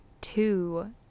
two